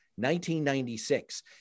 1996